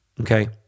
okay